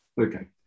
Okay